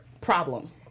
problem